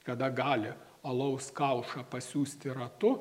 kada gali alaus kaušą pasiųsti ratu